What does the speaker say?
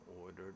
ordered